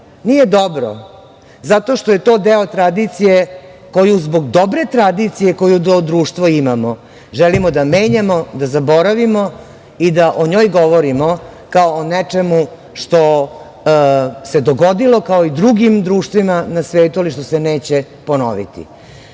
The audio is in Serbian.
Nije dobro zato što je to deo tradicije koju zbog dobre tradicije koju kao društvo imamo želimo da menjamo, da zaboravimo i da o njoj govorimo kao o nečemu što se dogodilo kao i drugim društvima na svetu, ali što se neće ponoviti. Dakle,